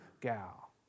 gal